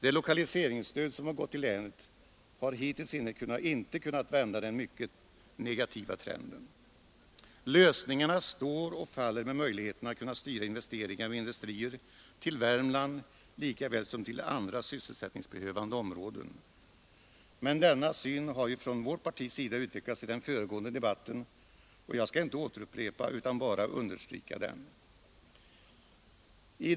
Det lokaliseringsstöd som gått till länet har hittills inte kunnat vända den mycket negativa trenden. Lösningarna står och faller med möjligheterna att kunna styra investeringar och industrier till Värmland lika väl som till andra sysselsättningsbehövande områden. Men denna syn har ju från vårt partis sida utvecklats i den föregående debatten. Jag skall inte upprepa, utan bara understryka vår uppfattning.